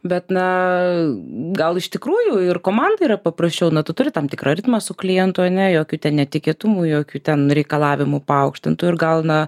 bet na gal iš tikrųjų ir komandai yra paprasčiau na tu turi tam tikrą ritmą su klientu ane jokių netikėtumų jokių ten reikalavimų paaukštintų ir gal na